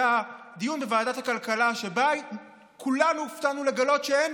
דיון בוועדת הכלכלה, שבו כולנו הופתענו לגלות שאין